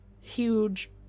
huge